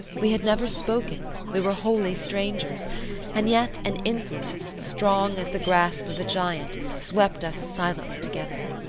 we had never spoken, we were wholly strangers and yet an influence, strong as the grasp of a giant, swept us silently together.